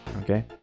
Okay